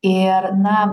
ir na